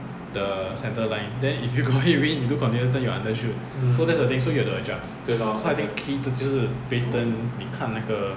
the center line then if you got head wind you do continuous turn you will under shoot so that's the thing so you have to adjust so I think key 就是 base turn 你看那个